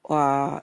!wah!